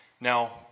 Now